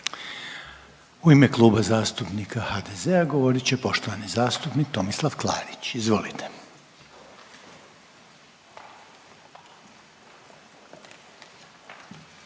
U ime Kluba zastupnica HDZ-a govorit će poštovani zastupnik Tomislav Klarić. Izvolite.